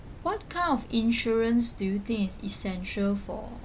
what kind of insurance do you think is essential for